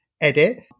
edit